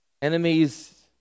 Enemies